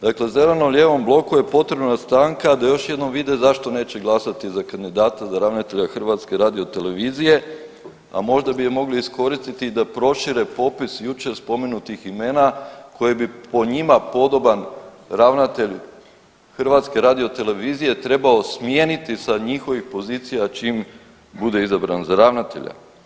Dakle, zeleno-lijevom bloku je potrebna stanka da još jednom vide zašto neće glasati za kandidata za ravnatelja HRT-a, možda bi je mogli iskoristiti da prošire popis jučer spomenutih imena koje bi po njima, podoban ravnatelj HRT-a treba smijeniti sa njihovih pozicija čim bude izabran za ravnatelja.